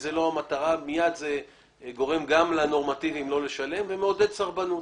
זאת לא המטרה כי מייד זה גורם גם לנורמטיביים לא לשלם ומעודד סרבנות.